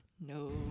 No